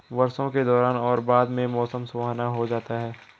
वर्षा के दौरान और बाद में मौसम सुहावना हो जाता है